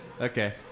Okay